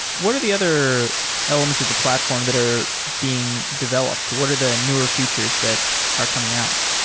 what are the other elements of the platform that are being developed? what are the newer features that are coming out?